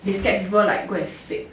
they scared people like go and fake